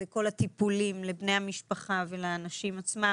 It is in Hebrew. זה כל הטיפולים לבני המשפחה ולאנשים עצמם,